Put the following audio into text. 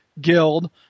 guild